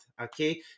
okay